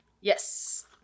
Yes